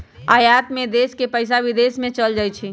आयात में देश के पइसा विदेश में चल जाइ छइ